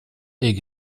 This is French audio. est